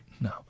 No